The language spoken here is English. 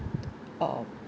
uh